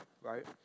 right